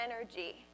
energy